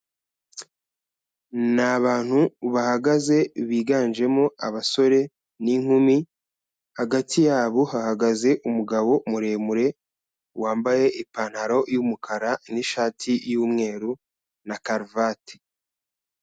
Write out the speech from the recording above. Ni abantu bahagaze biganjemo abasore n'inkumi, hagati yabo hahagaze umugabo muremure wambaye ipantaro y'umukara nishati y'umweru na karuvati.